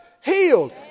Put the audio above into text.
healed